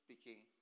speaking